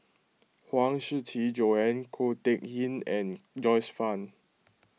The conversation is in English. Huang Shiqi Joan Ko Teck Kin and Joyce Fan